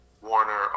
Warner